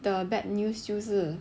the bad news 就是